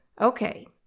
Okay